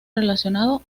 relacionado